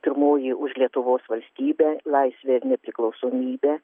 pirmoji už lietuvos valstybę laisvę ir nepriklausomybę